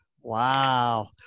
Wow